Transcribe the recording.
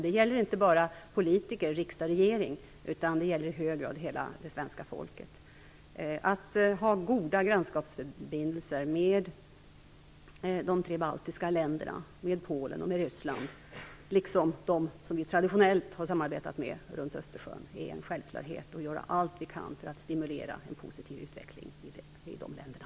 Det gäller inte bara politiker - riksdag och regering - utan det gäller i hög grad hela det svenska folket. Att ha goda grannskapsförbindelser med de tre baltiska länderna, med Polen och med Ryssland liksom med dem som vi traditionellt har samarbetat med runt Östersjön, är en självklarhet. Vi skall göra allt vi kan för att stimulera en positiv utveckling i de länderna.